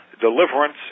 deliverance